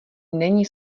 není